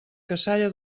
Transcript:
cassalla